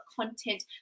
content